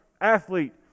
athlete